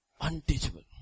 unteachable